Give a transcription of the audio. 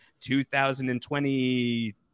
2020